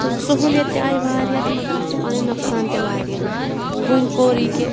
تہٕ سہوٗلیت تہِ آے واریاہ تہٕ مگر اَتھ چھِ پَنٕنۍ نۄقصان تہِ واریاہ وٕنۍ کوٚر یہِ کہِ